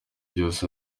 byose